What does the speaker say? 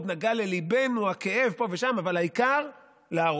מאוד נגע לליבנו הכאב, פה ושם, אבל העיקר, להרוס.